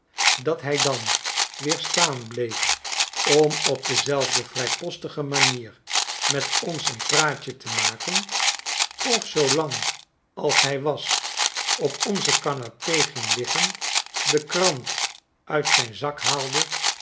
dat h dan weer staanbleef om op dezelfde vrijpostige manier met ons een praatje te maken of zoo lang als hij was op onze canape ging liggen de krant uit zijn zak haalde